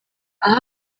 aho